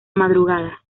madrugada